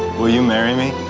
will you marry me.